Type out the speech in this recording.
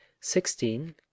sixteen